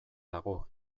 dago